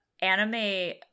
anime